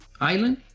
Island